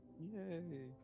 Yay